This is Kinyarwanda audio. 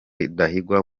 rudahigwa